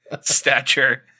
stature